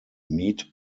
meat